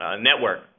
network